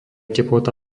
teplota